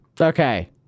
Okay